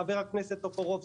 חבר הכנסת טופורובסקי,